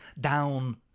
down